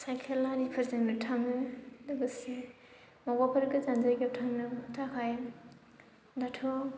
cycle आरि फोरजोंनो थाङो लोगोसे बबावबाफोर गोजान जायगायाव थांनो थाखाय दाथ'